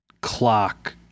clock